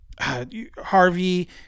Harvey